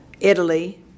Italy